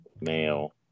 male